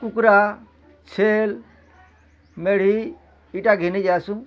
କୁକୁଡ଼ା ଛେଲ୍ ମେଢ଼ି ଇଟା ଘେନି ଯାଏସୁଁ